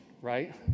right